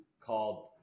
called